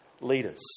leaders